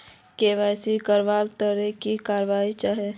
KYC करवार केते की करवा होचए?